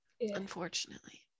unfortunately